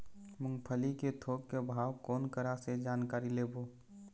मूंगफली के थोक के भाव कोन करा से जानकारी लेबो?